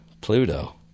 Pluto